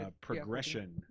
progression